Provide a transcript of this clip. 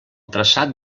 traçat